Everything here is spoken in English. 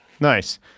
Nice